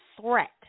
threat